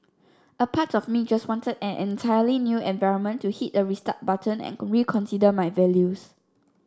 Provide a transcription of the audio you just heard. a part of me just wanted an entirely new environment to hit the restart button and reconsider my values